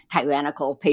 tyrannical